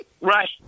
Right